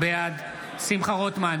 בעד שמחה רוטמן,